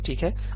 ठीक है